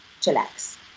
Chillax